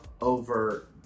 over